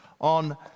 on